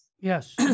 Yes